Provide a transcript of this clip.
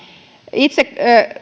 itse